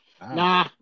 Nah